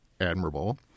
admirable